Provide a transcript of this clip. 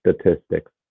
statistics